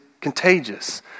contagious